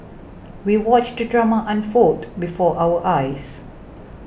we watched the drama unfold before our eyes